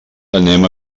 anem